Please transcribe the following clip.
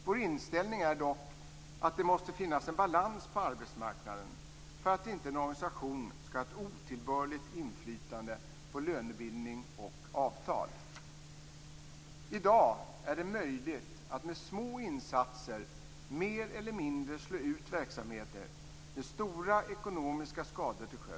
Vår inställning är dock att det måste finnas en balans på arbetsmarknaden för att inte en organisation skall ha ett otillbörligt inflytande på lönebildning och avtal. I dag är det möjligt att med små insatser mer eller mindre slå ut verksamheter med stora ekonomiska skador till följd.